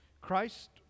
christ